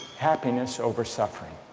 happiness over suffering.